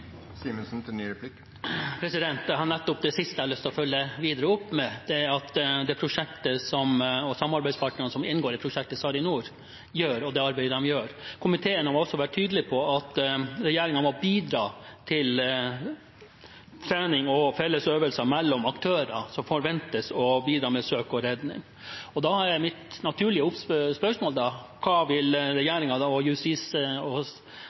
nettopp dette siste som jeg har lyst å følge videre opp – det arbeidet som samarbeidspartnerne som inngår i prosjektet SARiNOR, gjør. Komiteen har også vært tydelig på at regjeringen må bidra til trening og felles øvelser mellom aktører som forventes å bidra med søk og redning. Da er mitt naturlige spørsmål: Hva vil regjeringen og Justis-